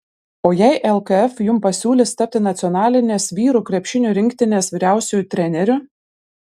o jei lkf jums pasiūlys tapti nacionalinės vyrų krepšinio rinktinės vyriausiuoju treneriu